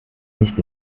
nicht